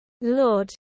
Lord